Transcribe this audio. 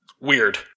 Weird